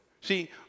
See